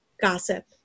gossip